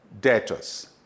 debtors